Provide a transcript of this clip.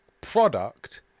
product